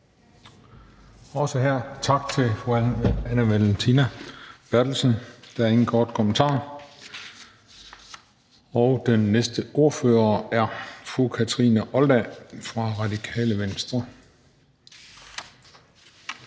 Juhl): Tak til fru Anne Valentina Berthelsen. Der er ingen korte bemærkninger. Den næste ordfører er fru Kathrine Olldag fra Radikale Venstre.